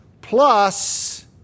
plus